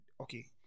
okay